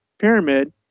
pyramid